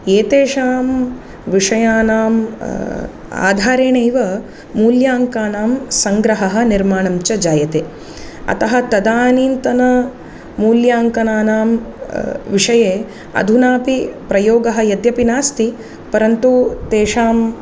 एतेषां विषयानां आधारेणैव मूल्याङ्कानां सङ्ग्रहः निर्माणं च जायते अतः तदानीन्तन मूल्याङ्कानां विषये अधुनापि प्रयोगः यद्यपि नास्ति परन्तु तेषां